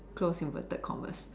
close inverted commas